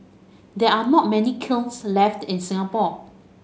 there are not many kilns left in Singapore